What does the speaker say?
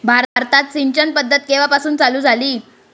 भारतात सिंचन पद्धत केवापासून चालू झाली?